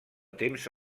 temps